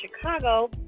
Chicago